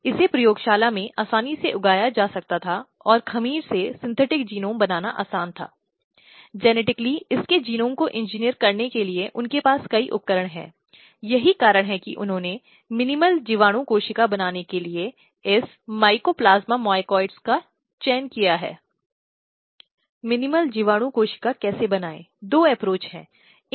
जब आप भारत आ सकते हैं तो हम उनके एसिड फेंकने की बात कर सकते हैं जो पिछले कुछ दशकों के दौरान कई संख्या में हो गए हैं और जो युवा लड़कियों ने किसी व्यक्ति की निरंतर मांगों को स्वीकार करने से इनकार कर दिया है आदि